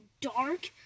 dark